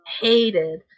hated